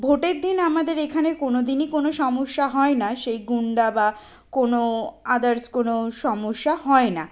ভোটের দিন আমাদের এখানে কোনো দিনই কোনো সমস্যা হয় না সেই গুন্ডা বা কোনো আদার্স কোনো সমস্যা হয় না